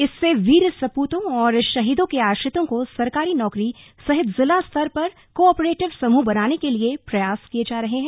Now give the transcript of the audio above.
इससे वीर सपूतो और शहीदों के आश्रितों को सरकारी नौकरी सहित जिला स्तर पर को आपरेटिव समूह बनाने के लिए प्रयास किये जा रहे हैं